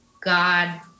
God